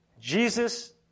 Jesus